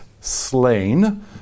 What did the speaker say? slain